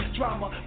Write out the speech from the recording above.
Drama